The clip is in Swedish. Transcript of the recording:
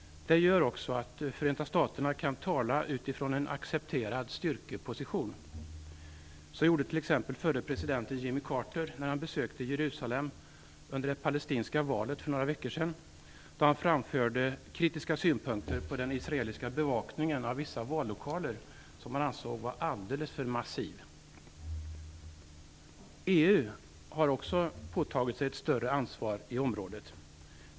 Det gör också att Förenta Staterna kan tala utifrån en accepterad styrkeposition. Så gjorde t.ex. förre presidenten Jimmy Carter när han besökte Jerusalem under det palestinska valet för några veckor sedan, då han framförde kritiska synpunkter på den israeliska bevakningen av vissa vallokaler som han ansåg vara alldeles för massiv. EU har påtagit sig ett större ansvar i området.